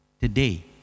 today